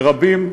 ורבים,